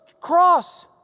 cross